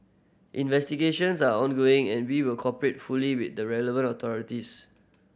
investigations are ongoing and we will cooperate fully with the relevant authorities